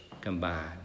combined